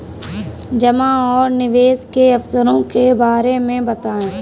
जमा और निवेश के अवसरों के बारे में बताएँ?